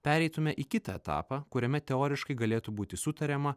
pereitumėme į kitą etapą kuriame teoriškai galėtų būti sutariama